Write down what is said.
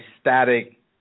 static